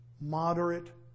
moderate